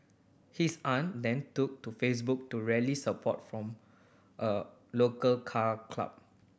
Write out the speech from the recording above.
his aunt then took to Facebook to rally support from a local Car Club